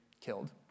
killed